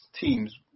teams